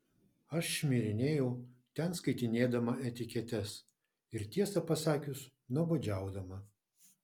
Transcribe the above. aš šmirinėjau ten skaitinėdama etiketes ir tiesą pasakius nuobodžiaudama